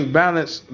balance